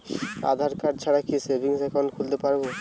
আধারকার্ড ছাড়া কি savings account খুলতে পারব?